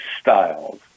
styles